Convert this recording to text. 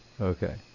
Okay